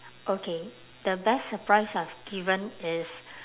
okay the best surprise I've given is